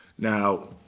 now,